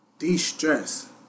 De-stress